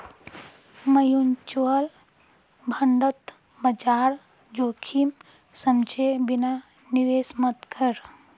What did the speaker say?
mutual फंडत बाजार जोखिम समझे बिना निवेश मत कर